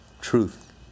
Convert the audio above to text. truth